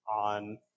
on